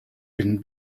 been